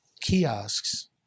kiosks